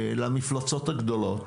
למפלצות הגדולות,